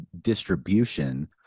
distribution